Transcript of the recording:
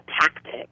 tactic